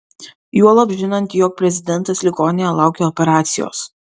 juolab žinant jog prezidentas ligoninėje laukia operacijos